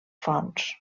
fonts